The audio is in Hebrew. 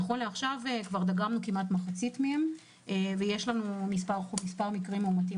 נכון לעכשיו דגמנו מחצית מהם ויש לנו מספר מאומתים